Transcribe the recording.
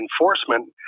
enforcement